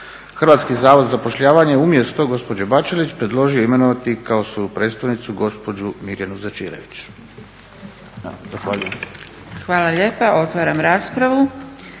Hrvatski zavod za zapošljavanje umjesto gospođe Bačelić predložio je imenovati kao svoju predstavnicu gospođu Mirjanu Začirević. Zahvaljujem. **Zgrebec, Dragica